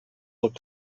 look